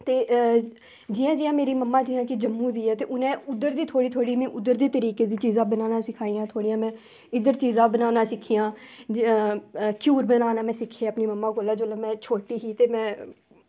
ते जियां जियां की मेरी मम्मा जियां की जम्मू दी ऐ ते उआं में थोह्ड़ी थोह्ड़ी उद्धर दियां चीज़ां बनाना सिक्खी दी आं इद्धर चीज़ां बनाना सिक्खी आं घ्यूर बनाना सिक्खे में अपनी मम्मा कोला जेल्लै में छोटी ही ते